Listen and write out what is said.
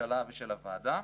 הממשלה ושל הוועדה.